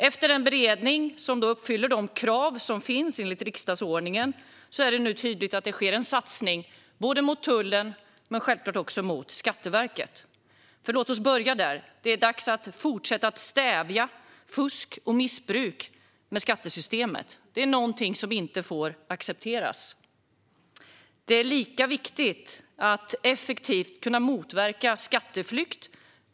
Efter en beredning som uppfyller de krav som finns enligt riksdagsordningen är det nu tydligt att det sker en satsning på tullen men självklart också på Skatteverket. Låt oss börja där. Det är dags att fortsätta att stävja fusk och missbruk med skattesystemet. Det är någonting som inte får accepteras. Det är lika viktigt att effektivt kunna motverka skatteflykt.